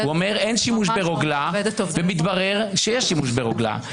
ממש לא מכבד את עובדי ----- ומתברר שיש שימוש ברוגלה.